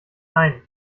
ein